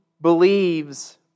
believes